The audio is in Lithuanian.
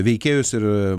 veikėjus ir